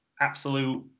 absolute